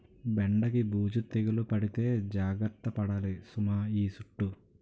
బెండకి బూజు తెగులు పడితే జాగర్త పడాలి సుమా ఈ సుట్టూ